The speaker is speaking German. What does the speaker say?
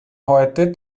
heute